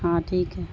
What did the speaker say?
ہاں ٹھیک ہے